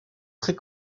très